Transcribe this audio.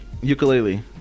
ukulele